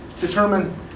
determine